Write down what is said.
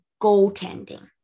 goaltending